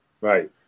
Right